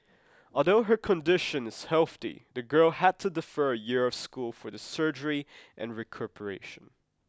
although her condition is healthy the girl had to defer a year of school for the surgery and recuperation